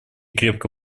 крепко